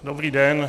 Dobrý den.